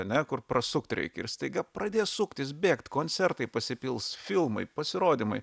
ane kur prasukt reikia ir staiga pradės suktis bėgt koncertai pasipils filmai pasirodymai